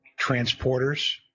transporters